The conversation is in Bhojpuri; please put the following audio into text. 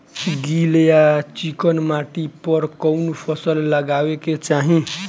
गील या चिकन माटी पर कउन फसल लगावे के चाही?